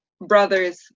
brothers